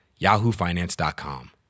yahoofinance.com